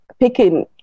picking